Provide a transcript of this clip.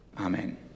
Amen